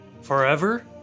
Forever